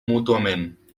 mútuament